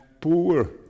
poor